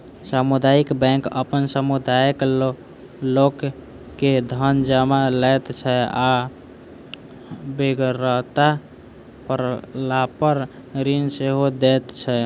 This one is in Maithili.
सामुदायिक बैंक अपन समुदायक लोक के धन जमा लैत छै आ बेगरता पड़लापर ऋण सेहो दैत छै